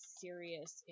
serious